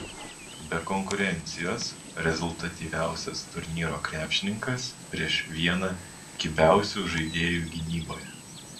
be konkurencijos rezultatyviausias turnyro krepšininkas prieš vieną kibiausių žaidėjų gynyboje